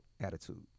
Attitude